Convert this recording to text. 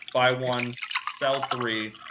buy one, sell three,